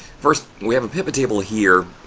first, we have a pivot table here.